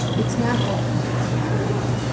it's natural to look for patterns.